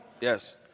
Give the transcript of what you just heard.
Yes